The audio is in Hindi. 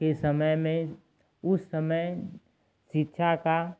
के समय में उस समय शिक्षा का